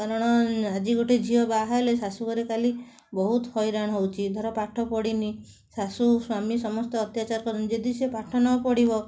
କାରଣ ଆଜି ଗୋଟେ ଝିଅ ବାହା ହେଲେ ଶାଶୂଘରେ କାଲି ବହୁତ ହଇରାଣ ହେଉଛି ଧର ପାଠ ପଢ଼ିନି ଶାଶୁ ସ୍ୱାମୀ ସମସ୍ତେ ଅତ୍ୟାଚାର କରନ୍ତି ଯଦି ସେ ପାଠ ନ ପଢ଼ିବ